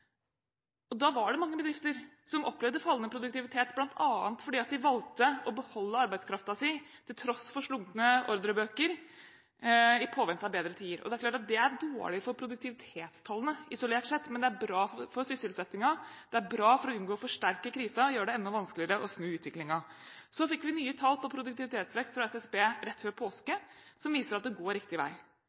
Da var det mange bedrifter som opplevde fallende produktivitet bl.a. fordi de valgte å beholde arbeidskraften sin, til tross for slunkne ordrebøker, i påvente av bedre tider. Det er klart at det er dårlig for produktivitetstallene isolert sett, men det er bra for sysselsettingen, og det er bra for å unngå å forsterke krisen og gjøre det enda vanskeligere å snu utviklingen. Vi fikk nye tall for produktivitetsvekst fra SSB rett før påske som viser at det går riktig vei